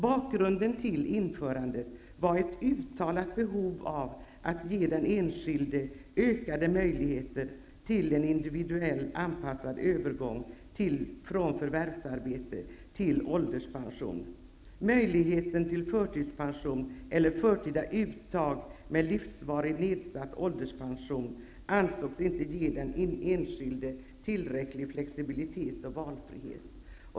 Bakgrunden till införandet var ett uttalat behov av att ge den enskilde ökade möjligheter till en individuellt anpassad övergång från förvärvsarbete till ålderspension. Möjligheten till förtidspension eller förtida uttag med livsvarigt nedsatt ålderspension ansågs inte ge den enskilde tillräcklig flexibilitet och valfrihet.